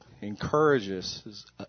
encourages